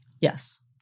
Yes